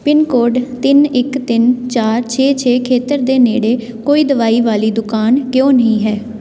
pin code ਤਿੰਨ ਇਕ ਤਿੰਨ ਚਾਰ ਛੇ ਛੇ ਖੇਤਰ ਦੇ ਨੇੜੇ ਕੋਈ ਦਵਾਈ ਵਾਲੀ ਦੁਕਾਨ ਕਿਉਂ ਨਹੀਂ ਹੈ